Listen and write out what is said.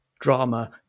drama